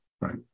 right